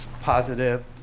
positive